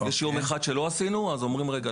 אם יש יום אחד שלא עשינו אז אומרים: רגע,